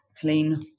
clean